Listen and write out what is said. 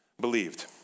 believed